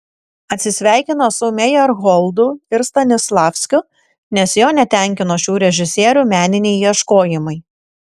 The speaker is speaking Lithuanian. atsisveikino su mejerholdu ir stanislavskiu nes jo netenkino šių režisierių meniniai ieškojimai